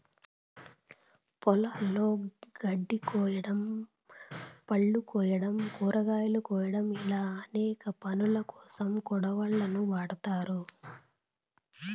పొలాలలో గడ్డి కోయడం, పళ్ళు కోయడం, కూరగాయలు కోయడం ఇలా అనేక పనులకోసం కొడవళ్ళను వాడ్తారు